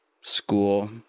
school